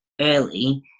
early